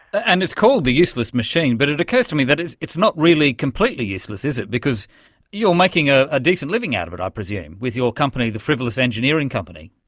and it's called the useless machine, but it occurs to me that it's it's not really completely useless, is it, because you're making a ah decent living out of it, i presume, with your company, the frivolous engineering company.